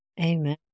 Amen